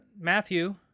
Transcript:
matthew